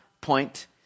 point